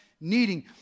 needing